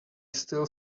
still